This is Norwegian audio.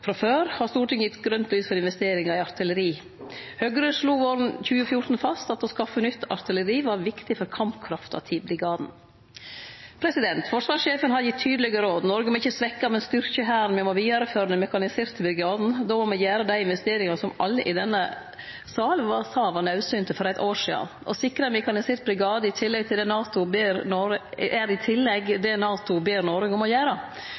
Frå før har Stortinget gitt grønt lys for investeringar i artilleri. Høgre slo våren 2014 fast at å skaffe nytt artilleri var viktig for kampkrafta til brigaden. Forsvarssjefen har gitt tydelege råd. Noreg må ikkje svekkje, men styrkje Hæren, og me må vidareføre den mekaniserte brigaden. Då må me gjere dei investeringane som alle i denne salen for eit år sidan sa var naudsynte. Å sikre ein mekanisert brigade er i tillegg det NATO ber Noreg om å